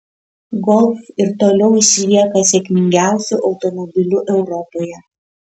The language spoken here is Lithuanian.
golf ir toliau išlieka sėkmingiausiu automobiliu europoje